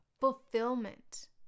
fulfillment